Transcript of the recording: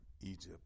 Egypt